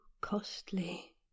costly